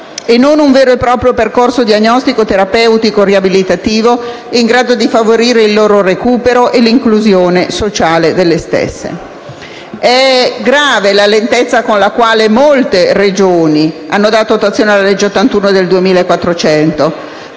e non un vero e proprio percorso diagnostico-terapeutico-riabilitativo, in grado di favorire il loro recupero e l'inclusione sociale delle stesse. È grave la lentezza con la quale molte Regioni hanno dato attuazione alla legge n. 81 del 2014,